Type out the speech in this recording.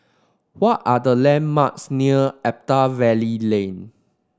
what are the landmarks near Attap Valley Lane